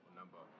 number